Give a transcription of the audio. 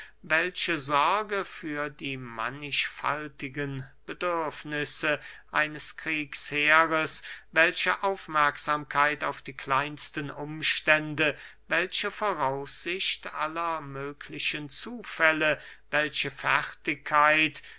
welche sorge für die mannigfaltigen bedürfnisse eines kriegsheeres welche aufmerksamkeit auf die kleinsten umstände welche voraussicht aller möglichen zufälle welche fertigkeit